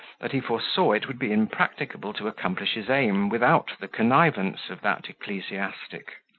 that he foresaw it would be impracticable to accomplish his aim without the connivance of that ecclesiastic.